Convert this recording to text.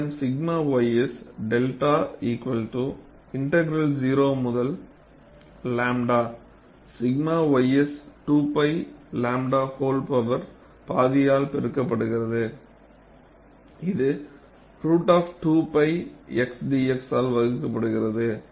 என்னிடம் 𝛔 ys 𝚫 integral 0 முதல் 𝝺 𝛔 ys 2π 𝝺 whole power பாதியால் பெருக்கப்படுகிறது இது ரூட் 2 π x dx ஆல் வகுக்கப்படுகிறது